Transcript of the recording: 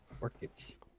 orchids